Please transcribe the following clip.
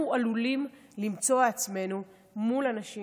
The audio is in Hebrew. אנחנו עלולים למצוא עצמנו מול אנשים